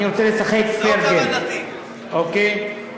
אני רוצה לשחק fair game, אוקיי?